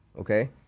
okay